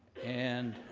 and